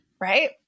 Right